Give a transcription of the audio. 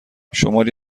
شماری